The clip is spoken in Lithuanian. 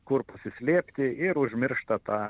kur pasislėpti ir užmiršta tą